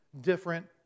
different